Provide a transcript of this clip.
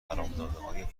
حرامزادههای